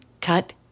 cut